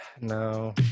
No